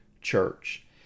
church